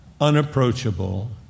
unapproachable